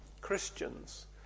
Christians